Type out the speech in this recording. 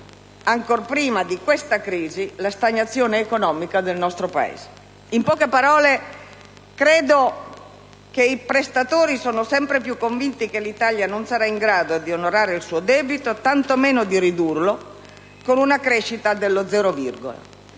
ancor prima di questa crisi, la stagnazione economica del nostro Paese. In poche parole, credo che i prestatori siano sempre più convinti che l'Italia non sarà in grado di onorare il suo debito e tanto meno di ridurlo con una crescita dello "zero virgola",